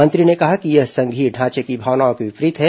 मंत्री ने कहा कि यह संघीय ढांचे की भावनाओं के विपरीत है